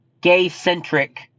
gay-centric